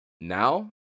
Now